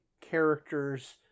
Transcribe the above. characters